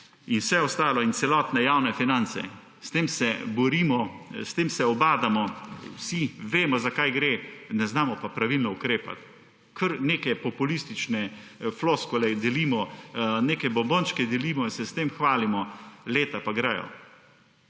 in vse ostalo in celotne javne finance. S tem se borimo, s tem se ubadamo vsi, vemo, za kaj gre, ne znamo pa pravilno ukrepati. Kar neke populistične floskule delimo, neke bombončke delimo in se s tem hvalimo, leta pa gredo.